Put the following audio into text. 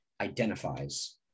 identifies